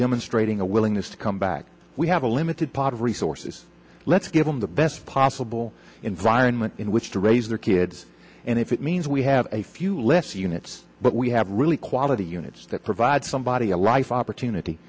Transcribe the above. demonstrating a willingness to come back we have a limited pot of resources let's give them the best possible environment in which to raise their kids and if it means we have a few less units but we have really quality units that provide somebody a life opportunity